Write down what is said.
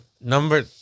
Number